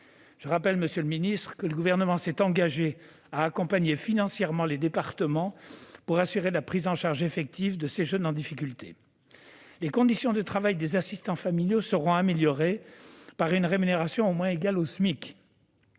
Rappelons, monsieur le secrétaire d'État, que le Gouvernement s'est engagé à accompagner financièrement les départements pour assurer la prise en charge effective de ces jeunes en difficulté. Les conditions de travail des assistants familiaux seront améliorées : leur rémunération sera au moins égale au SMIC,